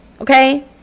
okay